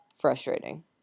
frustrating